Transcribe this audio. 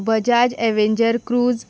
Bajaj avenger cruise